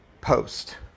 post